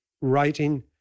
writing